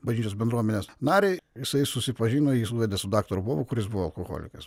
bažnyčios bendruomenės narį jisai susipažino jį suvedė su daktaru bobu kuris buvo alkoholikas